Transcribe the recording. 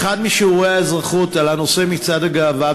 באחד משיעורי האזרחות על נושא מצעד הגאווה